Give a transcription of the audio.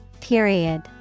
Period